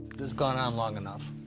has gone on long enough.